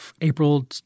April